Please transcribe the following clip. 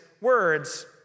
words